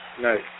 Nice